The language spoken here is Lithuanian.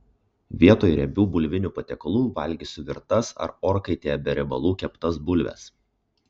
vietoj riebių bulvinių patiekalų valgysiu virtas ar orkaitėje be riebalų keptas bulves